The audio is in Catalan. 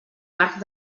marc